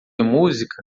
música